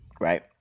Right